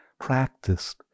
practiced